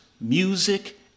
music